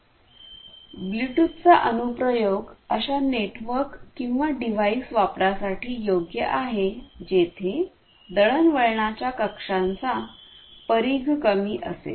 ब्लूटूथचा अनु प्रयोग अशा नेटवर्क किंवा डिव्हाइस वापरासाठी योग्य आहे जेथे दळणवळणाच्या कक्षाचा परिघ कमी असेल